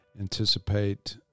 anticipate